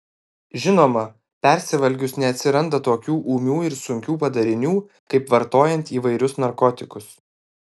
žinoma persivalgius neatsiranda tokių ūmių ir sunkių padarinių kaip vartojant įvairius narkotikus